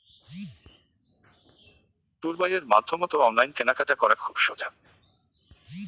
টুলবাইয়ের মাধ্যমত অনলাইন কেনাকাটা করা খুব সোজা